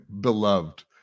beloved